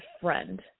friend